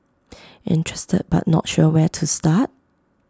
interested but not sure where to start